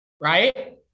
right